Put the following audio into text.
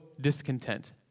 Discontent